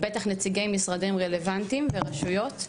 ובטח נציגי משרדים רלוונטיים ורשויות,